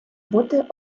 бути